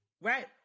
right